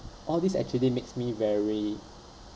all these actually makes me very